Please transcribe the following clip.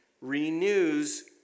renews